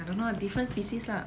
I don't know ah different species lah